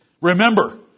Remember